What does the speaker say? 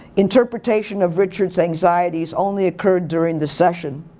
interpretation of richard's anxieties only occurred during the session.